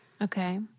Okay